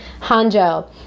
Hanjo